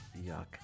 Yuck